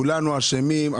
כולנו אשמים,